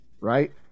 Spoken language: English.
right